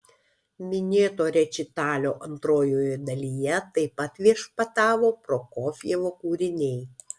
minėto rečitalio antrojoje dalyje taip pat viešpatavo prokofjevo kūriniai